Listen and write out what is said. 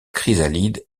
chrysalide